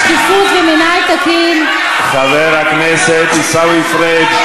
שקיפות ומינהל תקין חבר הכנסת עיסאווי פריג',